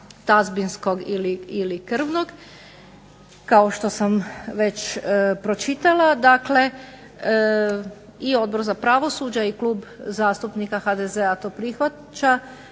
tazbinskog ili krvnog, kao što sam već pročitala, dakle i Odbor za pravosuđe i Klub zastupnika HDZ-a to prihvaća.